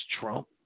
Trump